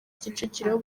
kicukiro